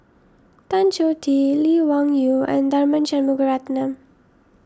Tan Choh Tee Lee Wung Yew and Tharman Shanmugaratnam